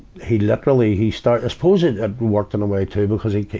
he literally, he started i supposed it ah worked in a way, too, because he,